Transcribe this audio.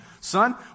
son